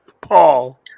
Paul